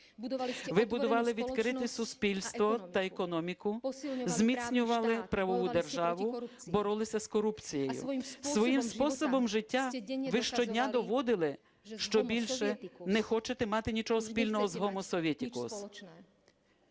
Ви будували відкрите суспільство та економіку, зміцнювали правову державу, боролися з корупцією. Своїм способом життя ви щодня доводили, що більше не хочете мати нічого спільного з гомосовєтікус.